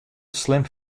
slim